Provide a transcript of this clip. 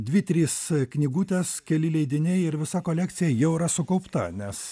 dvi trys knygutės keli leidiniai ir visa kolekcija jau yra sukaupta nes